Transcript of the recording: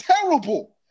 terrible